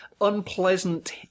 unpleasant